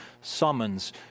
summons